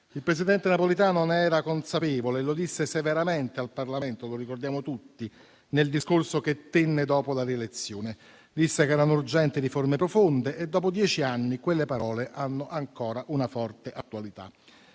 Il presidente Napolitano ne era consapevole e lo disse severamente al Parlamento - lo ricordiamo tutti - nel discorso che tenne dopo la rielezione. Disse che erano urgenti riforme profonde e, dopo dieci anni, quelle parole hanno ancora una forte attualità.